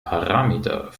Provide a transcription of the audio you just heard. parameter